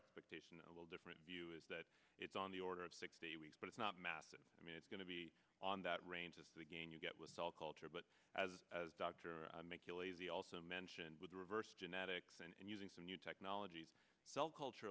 expectations a little different view is that it's on the order of sixty weeks but it's not massive i mean it's going to be on that range of again you get with cell culture but as as dr make you lazy also mentioned with the reverse genetics and using some new technologies cell culture